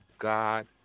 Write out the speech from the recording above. God